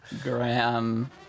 Graham